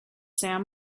sam